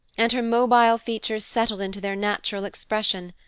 and her mobile features settled into their natural expression,